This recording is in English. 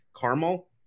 caramel